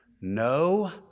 No